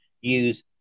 use